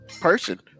person